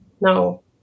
no